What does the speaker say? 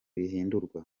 rihindurwa